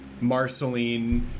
Marceline